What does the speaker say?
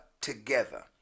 together